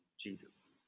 Jesus